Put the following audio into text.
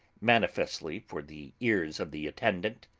manifestly for the ears of the attendant